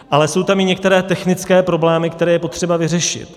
Ale jsou tam i některé technické problémy, které je potřeba vyřešit.